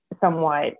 somewhat